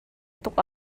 tuk